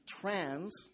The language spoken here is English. trans